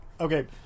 Okay